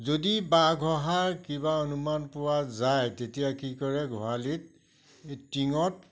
যদি বাঘ অহাৰ কিবা অনুমান পোৱা যায় তেতিয়া কি কৰে গোহালিত টিঙত